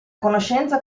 conoscenza